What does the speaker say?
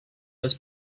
was